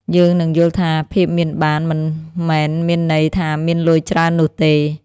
យើងនឹងយល់ថា ភាពមានបាន មិនមែនមានន័យថាមានលុយច្រើននោះទេ។